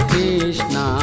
Krishna